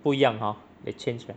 不一样 hor they changed right